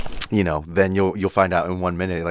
you know, then you'll you'll find out in one minute, like,